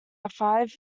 five